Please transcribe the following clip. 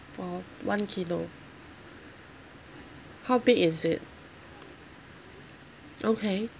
or one kilo how big is it okay